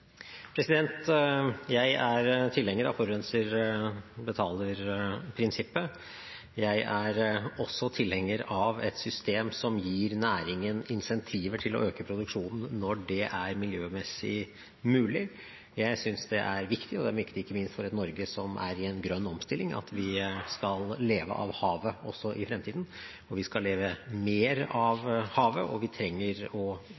Jeg er tilhenger av forurenser betaler-prinsippet. Jeg er også tilhenger av et system som gir næringen incentiver til å øke produksjonen når det er miljømessig mulig. Jeg synes det er viktig – det er viktig ikke minst for et Norge som er i en grønn omstilling – at vi skal leve av havet også i fremtiden. Vi skal leve mer av havet, og vi trenger å